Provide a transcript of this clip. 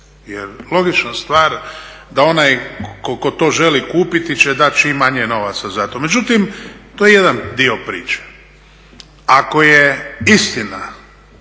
jer logična stvar da onaj ko to želi kupiti će dati čim manje novaca za to. Međutim, to je jedan dio priče. Ako je istina